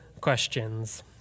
questions